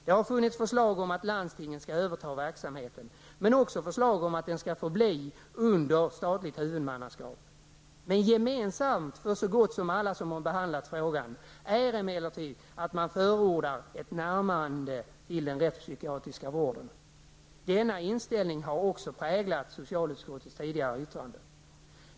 Det har funnits förslag om att landstingen skall överta verksamheten, men också förslag om att denna skall kvarstå under statligt huvudmannaskap. Gemensamt för så gott som alla som har behandlat frågan är emellertid att man förordar ett närmande till den rättspsykiatriska vården. Denna inställning har också präglat socialutskottets tidigare yttranden.